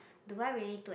Dubai really too